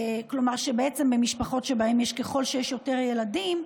כלומר שבעצם, במשפחות, ככל שיש יותר ילדים,